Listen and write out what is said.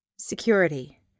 Security